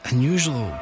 Unusual